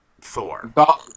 Thor